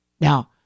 Now